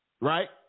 right